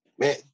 Man